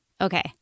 Okay